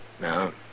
No